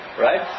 right